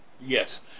Yes